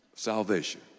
salvation